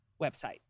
website